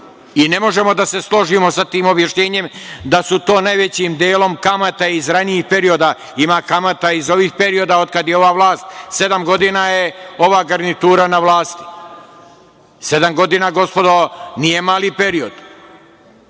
i ne možemo da se složimo sa tim objašnjenjem da su to najvećim delom kamate iz ranijih perioda, ima kamate iz ovih perioda kada je ova vlast, sedam godina je ova garnitura na vlasti. Sedam godina gospodo nije mali period.